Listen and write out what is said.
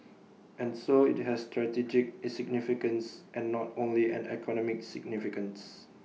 and so IT has strategic A significance and not only an economic significance